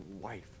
wife